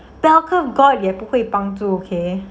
bell curve god 也不会帮助 okay